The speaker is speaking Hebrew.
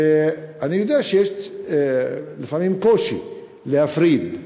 ואני יודע שיש לפעמים קושי להפריד,